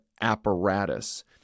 apparatus